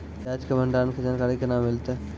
प्याज के भंडारण के जानकारी केना मिलतै?